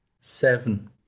Seven